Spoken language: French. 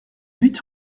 huit